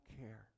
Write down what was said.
care